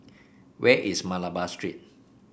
where is Malabar Street